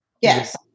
Yes